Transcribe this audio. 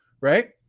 Right